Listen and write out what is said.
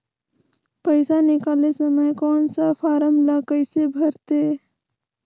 पइसा निकाले समय कौन सा फारम ला कइसे भरते?